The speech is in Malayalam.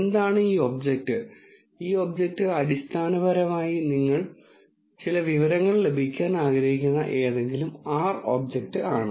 എന്താണ് ഈ ഒബ്ജക്റ്റ് ഈ ഒബ്ജക്റ്റ് അടിസ്ഥാനപരമായി നിങ്ങൾ ചില വിവരങ്ങൾ ലഭിക്കാൻ ആഗ്രഹിക്കുന്ന ഏതെങ്കിലും R ഒബ്ജക്റ്റാണ്